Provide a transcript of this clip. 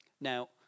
Now